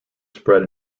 spread